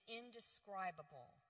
indescribable